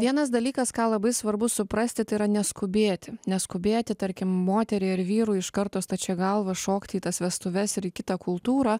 vienas dalykas ką labai svarbu suprasti tai yra neskubėti neskubėti tarkim moteriai ar vyrui iš karto stačia galva šokti į tas vestuves ir į kitą kultūrą